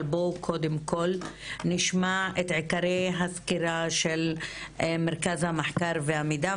אבל קודם כל נשמע את עיקרי הסקירה של מרכז המחקר והמידע.